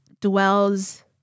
dwells